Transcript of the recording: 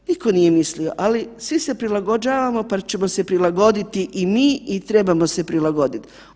Nitko nije mislio, ali svi se prilagođavamo, pa ćemo se prilagoditi i mi i trebamo se prilagoditi.